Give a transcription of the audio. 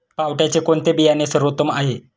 पावट्याचे कोणते बियाणे सर्वोत्तम आहे?